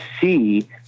see